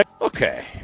Okay